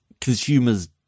consumers